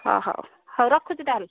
ହଁ ହଉ ହଉ ରଖୁଛି ତା'ହେଲେ